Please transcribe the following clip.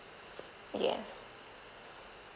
yes